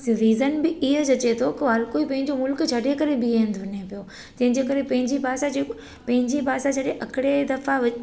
reason बि ईअ जचे थो को हर कोई पंहिंजो मुल्क़ु छॾे करे ॿिए हंधु वञे पियो तंहिंजे करे पंहिंजी भाषा जेको पंहिंजी भाषा छॾे आखिरी दफ़ा